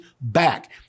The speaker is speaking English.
back